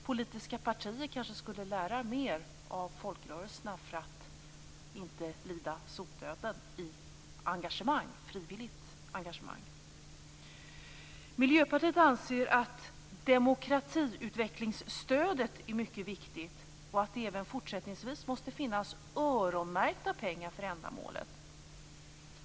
Politiska partier kanske skulle lära mer av folkrörelserna för att inte lida sotdöden på grund av brist på frivilligt engagemang. Miljöpartiet anser att demokratiutvecklingsstödet är mycket viktigt och att det även fortsättningsvis måste finnas öronmärkta pengar för ändamålet.